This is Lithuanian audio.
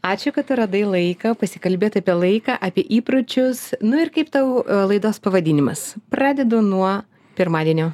ačiū kad radai laiko pasikalbėt apie laiką apie įpročius nu ir kaip tau laidos pavadinimas pradedu nuo pirmadienio